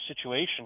situation